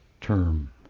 term